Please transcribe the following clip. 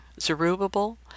Zerubbabel